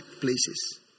places